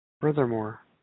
Furthermore